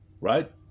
right